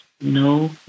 no